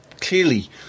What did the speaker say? Clearly